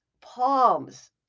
palms